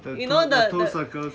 the two circles ah